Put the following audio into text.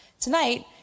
Tonight